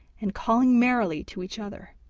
and calling merrily to each other.